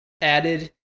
added